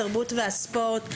התרבות והספורט.